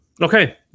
Okay